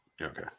Okay